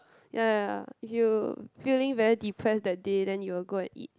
ya ya ya if you feeling very depressed that day then you will go and eat